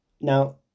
Now